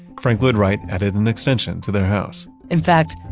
frank lloyd wright added an extension to their house in fact,